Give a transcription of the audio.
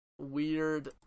weird